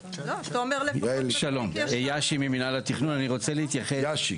תוכנית איחוד וחלוקה אי אפשר לאשר ב-18 חודשים.